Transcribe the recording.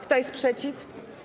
Kto jest przeciw?